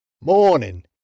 Morning